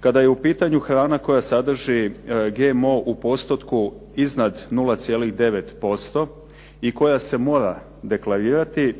Kada je u pitanju hrana koja sadrži GMO u postotku iznad 0,9% i koja se mora deklarirati